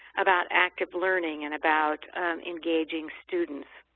about active learning and about engaging students